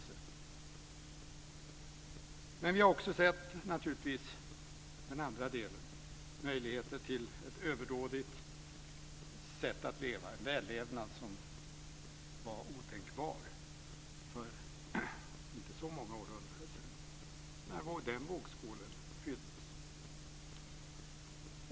Naturligtvis har vi också sett den andra delen med möjligheter till ett överdådigt sätt att leva, en vällevnad som var otänkbar för inte så många århundraden sedan när vågskålen fylldes.